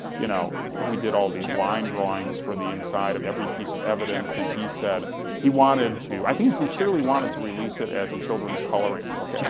you know we did all these line drawings for the inside of every piece of evidence and he said he wanted to, i think he sincerely wanted to release it as a children's coloring book, actually.